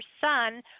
son